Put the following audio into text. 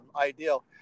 ideal